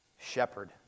shepherd